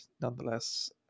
nonetheless